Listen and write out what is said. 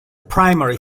primary